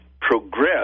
progress